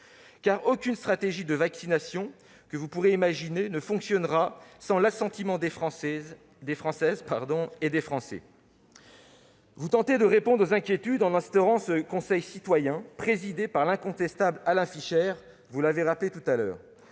car aucune des stratégies de vaccination que vous pourrez imaginer ne fonctionnera sans l'assentiment des Françaises et des Français. Vous tentez de répondre aux inquiétudes en instaurant ce conseil citoyen, présidé par l'incontestable Alain Fischer. Le Sénat s'est ému, à juste